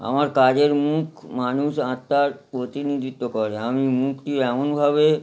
আমার কাজের মুখ মানুষ আত্মার প্রতিনিধিত্ব করে আমি মুখটি এমনভাবে